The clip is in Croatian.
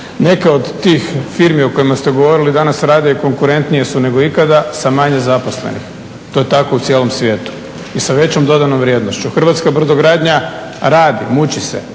Neke od tih firmi o kojima ste govorili danas rade i konkurentnije su nego ikada sa manje zaposlenih. To je tako u cijelom svijetu. I sada većom dodanom vrijednošću. Hrvatska brodogradnja radi, muči se,